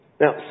Now